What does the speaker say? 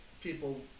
people